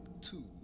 two